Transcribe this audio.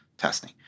testing